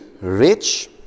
rich